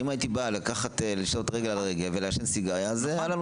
אם הייתי בא לשבת רגל על רגל ולעשן סיגריה אז היה לנו